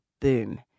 boom